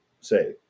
say